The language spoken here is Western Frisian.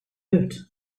wurd